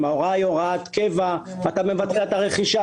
אם זאת הוראת קבע, אתה מבצע את הרכישה.